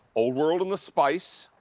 old world in the spice.